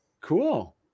Cool